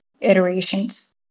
iterations